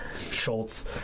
Schultz